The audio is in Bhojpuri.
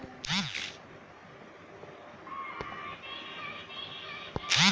बंधक एगो कानूनी साधन हवे जवना से उधारदेवे वाला अपनी संपत्ति कअ सुरक्षा करत बाटे